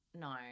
No